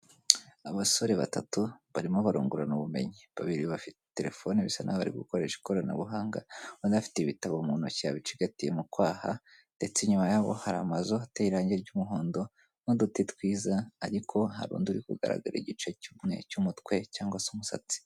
Abasore batatu barimo barongurana ubumenyi, babiri bafite telephone bisa n'aho bari gukoresha ikoranabuhanga, undi afite ibitabo mu ntoki yabicigati mu kwaha ndetse inyuma yaho hari amazu ateye irangi ry'umuhondo n'uduti twiza ariko hari undi uri kugaragara igice kimwe cy'umutwe cyangwa se umusatsi.